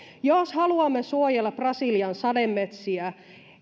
jos haluamme suojella brasilian sademetsiä